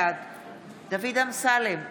בעד דוד אמסלם,